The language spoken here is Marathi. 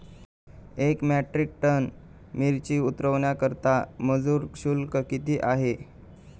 एक मेट्रिक टन मिरची उतरवण्याकरता मजुर शुल्क किती आहे?